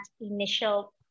initial